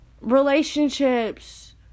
relationships